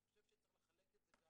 אנחנו מאפשרים יותר היום,